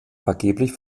vergeblich